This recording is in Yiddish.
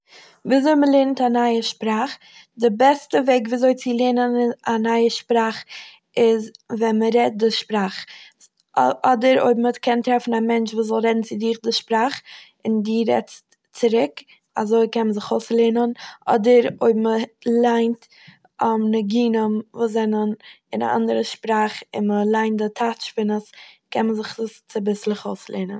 וויזוי מ'לערנט א נייע שפראך. די בעסטע וועג וויזוי צו לערנען אי- א נייע שפראך איז ווען מ'רעדט די שפראך. א- אדער אויב מ'קען טרעפן א מענטש וואס זאל רעדן צו דיך די שפראך, און דו רעדסט צוריק- אזוי קען מען זיך אויסלערנען, אדער אויב מ'ליינט נגונים וואס זענען אין א אנדערע שפראך און מ'ליינט די טייטש פון עס קען מען זיך צוביסלעך זיך אויסלערנען.